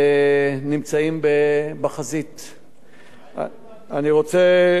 אני רוצה להודות לאנשי האוצר, נמצא פה שר האוצר.